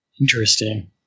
Interesting